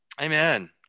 Amen